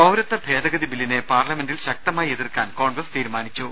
പൌരത്വ ഭേദഗതി ബില്ലിനെ പാർലമെന്റിൽ ശക്തമായി എതിർക്കാൻ കോൺഗ്രസ് തീരുമാനിച്ചു